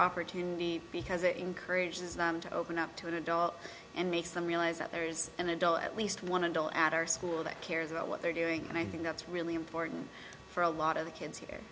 opportunity because it encourages them to open up to an adult and makes them realize that there's an adult at least one and all at our school that cares about what they're doing and i think that's really important for a lot of the kids